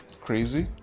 crazy